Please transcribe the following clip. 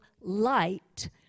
light